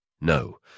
No